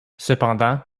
cependant